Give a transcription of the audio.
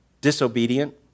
disobedient